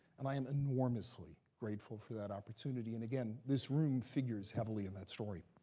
and i am enormously grateful for that opportunity. and again, this room figures heavily in that story.